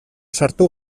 sartu